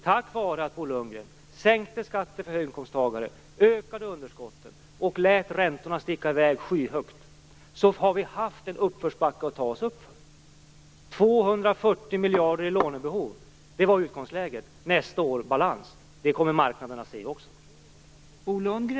På grund av att Bo Lundgren sänkte skatter för höginkomsttagare, ökade underskotten och lät räntorna sticka i väg skyhögt, har vi haft en backe att ta oss uppför. 240 miljarder i lånebehov var utgångsläget - nästa år balans. Detta kommer också marknaderna att se.